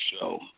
show